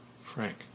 Frank